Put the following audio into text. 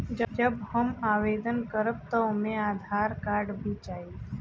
जब हम आवेदन करब त ओमे आधार कार्ड भी चाही?